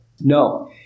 No